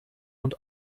und